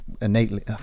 Innately